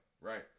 right